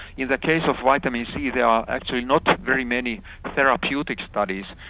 in the case of vitamin c there are actually not very many therapeutic studies,